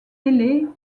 ailées